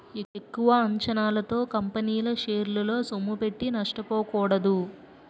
ఎక్కువ అంచనాలతో కంపెనీల షేరల్లో సొమ్ముపెట్టి నష్టపోకూడదు